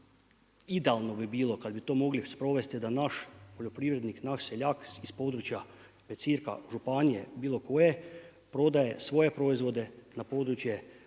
idealno bi bilo kada bi to mogli sprovesti da naš poljoprivrednik, naš seljak iz područja …/Govornik se ne razumije./… županije bilo koje prodaje svoje proizvode na području